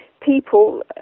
people